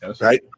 right